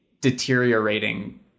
deteriorating